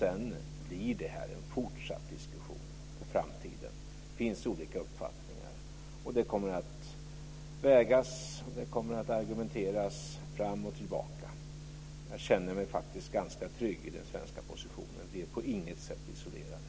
Sedan blir det här en fortsatt diskussion för framtiden. Det finns olika uppfattningar. Det kommer att vägas och argumenteras fram och tillbaka. Jag känner mig faktiskt ganska trygg i den svenska positionen. Vi är på inget sätt isolerade.